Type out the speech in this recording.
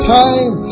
time